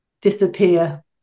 disappear